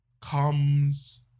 comes